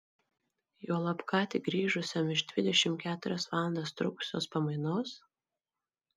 juolab ką tik grįžusiam iš dvidešimt keturias valandas trukusios pamainos